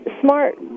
Smart